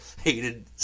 hated